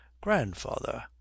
grandfather